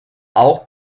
auch